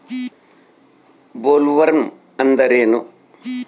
Bollworm ಅಂದ್ರೇನು?